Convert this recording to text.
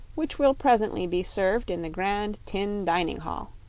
which will presently be served in the grand tin dining-hall.